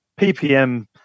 PPM